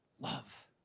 love